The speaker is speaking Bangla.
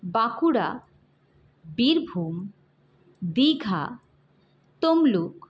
বাঁকুড়া বীরভূম দীঘা তমলুক